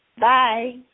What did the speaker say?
Bye